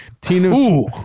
Tina